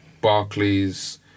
Barclays